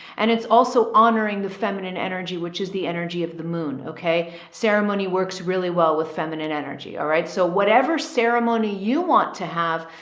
and it's also honoring the feminine energy, which is the energy of the moon. okay. ceremony works really well with feminine energy. all right. so whatever ceremony you want to have,